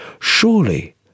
Surely